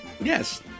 yes